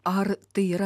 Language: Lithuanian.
ar tai yra